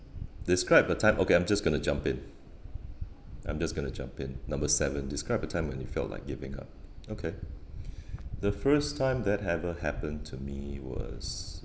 describe a type okay I'm just gonna jump in I'm just gonna jump in number seven describe a time when you felt like giving up okay the first time that ever happened to me was